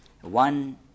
one